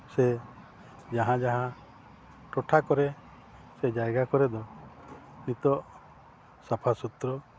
ᱥᱮ ᱡᱟᱦᱟᱸ ᱡᱟᱦᱟᱸ ᱴᱚᱴᱷᱟ ᱠᱚᱨᱮ ᱥᱮ ᱡᱟᱜᱭᱟ ᱠᱚᱨᱮᱜ ᱫᱚ ᱱᱤᱛᱳᱜ ᱥᱟᱯᱷᱟ ᱥᱩᱛᱨᱚ